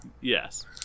Yes